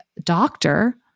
doctor